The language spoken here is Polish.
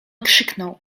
krzyknął